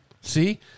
See